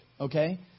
okay